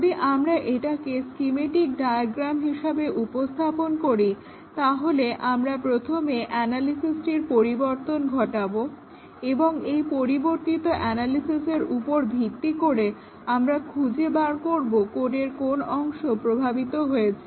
যদি আমরা এটাকে একটা স্কিমেটিক ডায়াগ্রাম হিসাবে উপস্থাপন করি তাহলে আমরা প্রথমে অ্যানালিসিসটির পরিবর্তন ঘটাবো এবং এই পরিবর্তিত অ্যানালিসিসের উপর ভিত্তি করে আমরা খুঁজে বার করব কোডের কোন অংশ প্রভাবিত হয়েছে